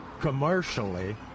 commercially